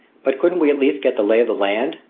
but couldn't we at least get the lay of the land?